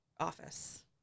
office